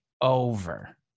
over